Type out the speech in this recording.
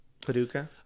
Paducah